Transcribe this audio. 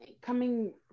coming-